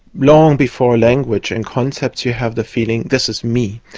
long before language and concepts you have the feeling this is me,